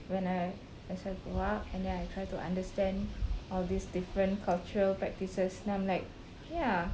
when I as I grow up and then I try to understand all these different cultural practices then I'm like ya